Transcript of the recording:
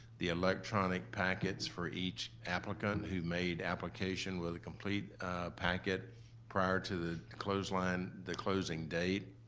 the electronic packets for each applicant who made application with a complete packet prior to the closeline, the closing date.